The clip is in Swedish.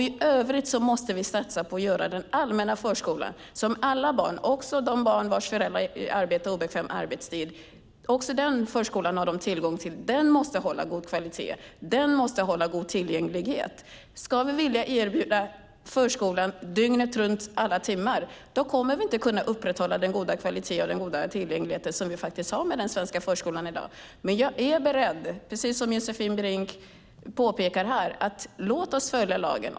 I övrigt måste vi satsa på att den allmänna förskola som alla barn har tillgång till - även de barn vars föräldrar arbetar på obekväm tid - ska hålla god kvalitet. Den måste ha god tillgänglighet. Om vi ska erbjuda förskola alla timmar dygnet runt kommer vi inte att kunna upprätthålla den goda kvalitet och tillgänglighet som vi har i den svenska förskolan i dag. Som Josefin Brink påpekar ska vi följa lagen.